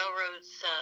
railroad's